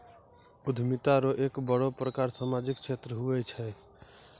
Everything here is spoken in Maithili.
उद्यमिता रो एक बड़ो प्रकार सामाजिक क्षेत्र हुये छै